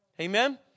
Amen